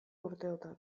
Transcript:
urteotan